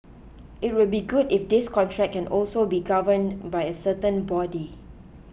it would be good if this contract can also be governed by a certain body